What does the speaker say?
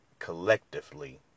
collectively